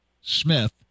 Smith